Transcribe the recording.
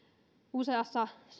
useassa vankilassa